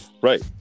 Right